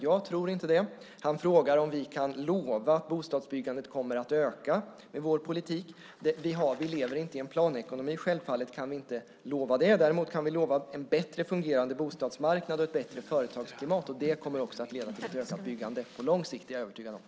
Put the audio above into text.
Jag tror inte det. Han frågar om vi kan lova att bostadsbyggandet kommer att öka med vår politik. Vi lever inte i en planekonomi, och självfallet kan vi inte lova det. Däremot kan vi lova en bättre fungerande bostadsmarknad och ett bättre företagsklimat, och jag är övertygad om att det också kommer att leda till ett ökat byggande på lång sikt.